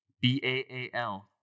B-A-A-L